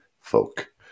folk